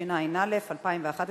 התשע"ב 2012,